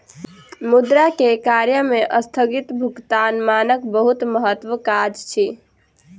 मुद्रा के कार्य में अस्थगित भुगतानक मानक बहुत महत्वक काज अछि